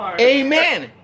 amen